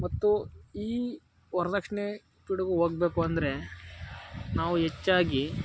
ಮತ್ತು ಈ ವರ್ದಕ್ಷಿಣೆ ಪಿಡುಗು ಹೋಗ್ಬೇಕು ಅಂದರೆ ನಾವು ಹೆಚ್ಚಾಗಿ